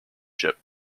ship